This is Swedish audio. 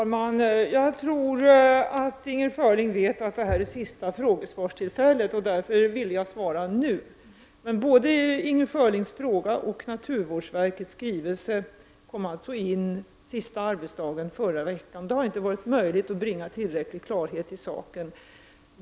Herr talman! Jag tror att Inger Schörling vet att det här är sista tillfället att besvara frågor. Jag har därför velat svara nu. Men både Inger Schörlings fråga och naturvårdsverkets skrivelse kom in sista arbetsdagen förra veckan, och det har inte varit möjligt att bringa tillräcklig klarhet i saken.